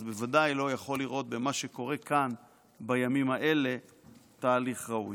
אז בוודאי לא יכול לראות במה שקורה כאן בימים האלה תהליך ראוי.